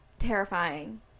terrifying